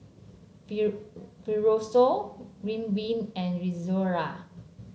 Fibrosol Ridwind and Rzerra